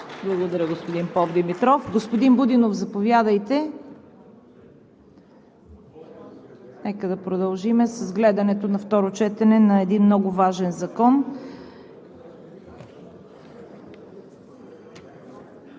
Благодаря Ви, господин Попдимитров. Господин Будинов, заповядайте – нека да продължим с гледането на второ четене на един много важен Закон.